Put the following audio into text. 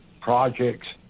projects